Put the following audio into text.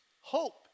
hope